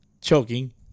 Choking